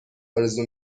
آرزو